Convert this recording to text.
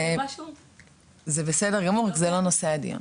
זה בסדר גמור, זה רק לא נושא הדיון.